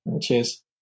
Cheers